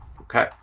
okay